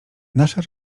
nasze